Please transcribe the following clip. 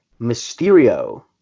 Mysterio